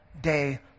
day